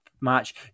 match